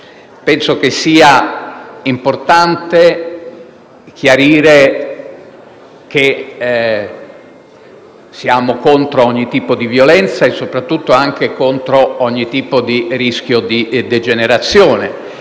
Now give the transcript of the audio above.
Penso sia importante chiarire che siamo contro ogni tipo di violenza e, soprattutto, ogni rischio di degenerazione